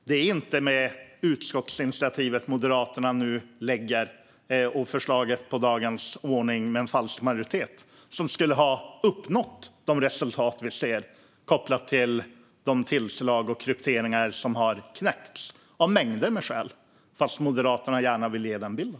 Det är inte utskottsinitiativet och förslaget som Moderaterna nu lägger fram med en falsk majoritet som har gjort att man uppnått de resultat vi ser när det gäller tillslag och krypteringar som har knäckts, av mängder med skäl, fast Moderaterna vill gärna ge den bilden.